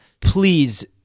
Please